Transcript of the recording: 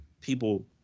people